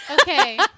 Okay